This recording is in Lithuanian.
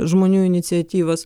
žmonių iniciatyvas